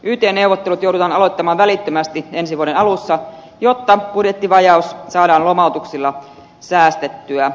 yt neuvottelut joudutaan aloittamaan välittömästi ensi vuoden alussa jotta budjettivajaus saadaan lomautuksilla säästettyä